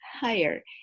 higher